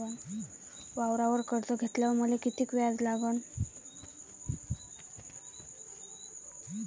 वावरावर कर्ज घेतल्यावर मले कितीक व्याज लागन?